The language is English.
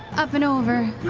up and over.